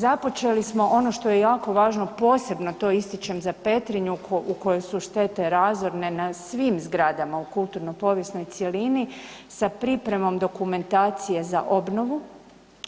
Započeli smo ono što je jako važno, posebno to ističem za Petrinju u kojoj su štete razorne na svim zgradama u kulturno-povijesnoj cjelini sa pripremom dokumentacije za obnovu,